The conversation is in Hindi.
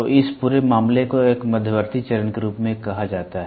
तो इस पूरे मामले को एक मध्यवर्ती चरण के रूप में कहा जाता है